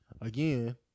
again